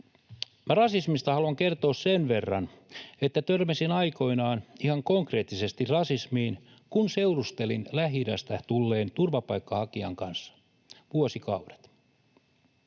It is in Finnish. rasismista haluan kertoa sen verran, että törmäsin aikoinaan ihan konkreettisesti rasismiin, kun seurustelin Lähi-idästä tulleen turvapaikanhakijan kanssa vuosikaudet.